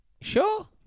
Sure